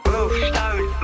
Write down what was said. Wolfstone